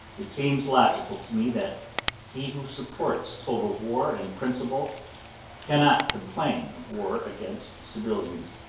it seems logical to me that he who supports total war in principle cannot complain of war against civilians.